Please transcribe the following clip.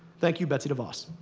thank you, betsy devos.